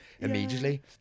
immediately